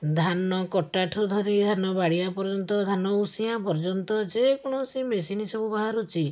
ଧାନ କଟାଠୁ ଧରି ଧାନ ବାଡ଼େଇବା ପର୍ଯ୍ୟନ୍ତ ଧାନ ଉସିଆଁ ପର୍ଯ୍ୟନ୍ତ ଯେକୋଣସି ମେସିନ୍ ସବୁ ବାହାରୁଛି